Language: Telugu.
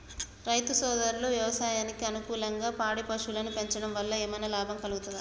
రైతు సోదరులు వ్యవసాయానికి అనుకూలంగా పాడి పశువులను పెంచడం వల్ల ఏమన్నా లాభం కలుగుతదా?